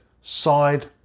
side